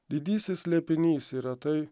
didysis slėpinys yra tai